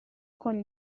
con